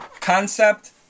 concept